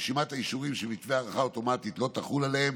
1. ברשימת האישורים שמתווה ההארכה האוטומטית לא יחול עליהם,